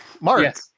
Mark